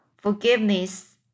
forgiveness